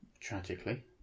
tragically